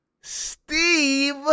Steve